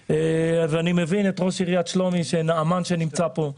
ואני מבין את ראש מועצת שלומי נעמן שנמצא פה.